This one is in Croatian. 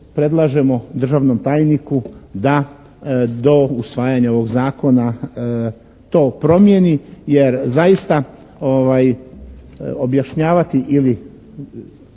predlažemo državnom tajniku da do usvajanja ovog zakona to promijeni jer zaista objašnjavati ili